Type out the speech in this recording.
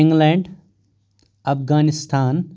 England Afghanistan